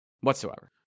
Whatsoever